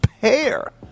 pair